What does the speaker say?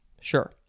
Sure